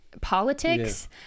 politics